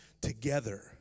together